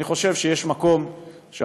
אני חושב שיש מקום שהממשלה,